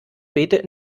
bete